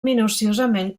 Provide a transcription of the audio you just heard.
minuciosament